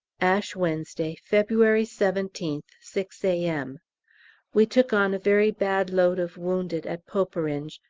ash wednesday, february seventeenth, six a m we took on a very bad load of wounded at poperinghe,